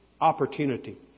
opportunity